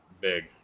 big